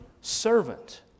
servant